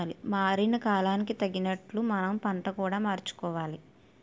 మారిన కాలానికి తగినట్లు మనం పంట కూడా మార్చుకోవాలి